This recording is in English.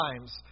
times